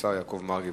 השר יעקב מרגי,